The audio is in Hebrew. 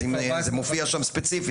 אז אתה אומר שזה מופיע שם ספציפית?